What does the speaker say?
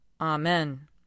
Amen